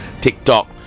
TikTok